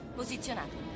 posizionato